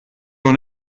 doch